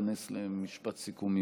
להתכנס למשפט סיכום,